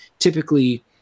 Typically